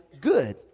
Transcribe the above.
good